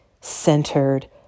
centered